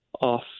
off